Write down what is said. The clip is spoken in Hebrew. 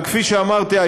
כפי שאמרתי,